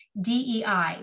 DEI